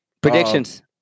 Predictions